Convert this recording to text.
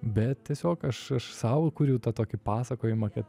bet tiesiog aš aš sau kuriu tą tokį pasakojimą kad